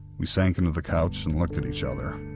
we sank into the couch and looked at each other.